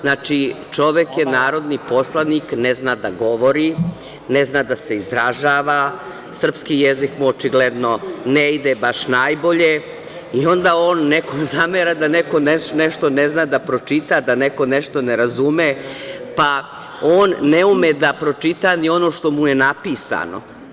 Znači, čovek je narodni poslanik, ne zna da govori, ne zna da se izražava, srpski jezik mu očigledno ne ide baš najbolje, i onda on nekom zamera da neko nešto ne zna da pročita, da neko nešto ne razume, pa on ne ume da pročita ni ono što mu je napisano.